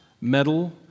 metal